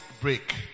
break